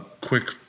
quick